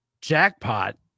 jackpot